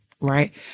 right